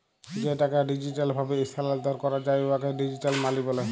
যে টাকা ডিজিটাল ভাবে ইস্থালাল্তর ক্যরা যায় উয়াকে ডিজিটাল মালি ব্যলে